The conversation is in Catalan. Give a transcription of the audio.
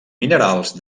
minerals